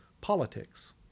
politics